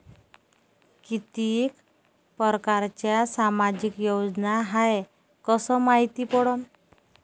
कितीक परकारच्या सामाजिक योजना हाय कस मायती पडन?